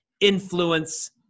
influence